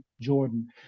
Jordan